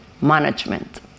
management